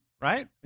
right